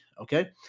okay